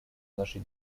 нашей